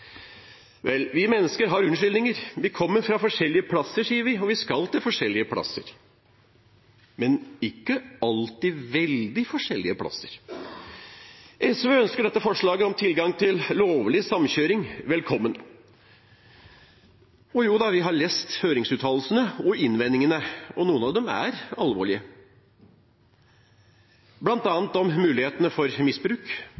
Vel, vi mennesker har unnskyldninger. Vi kommer fra forskjellige plasser, sier vi, og vi skal til forskjellige plasser – men ikke alltid veldig forskjellige plasser. SV ønsker dette forslaget om tilgang til lovlig samkjøring velkommen. Jo da, vi har lest høringsuttalelsene og innvendingene, og noen av dem er alvorlige, bl.a. om mulighetene for misbruk,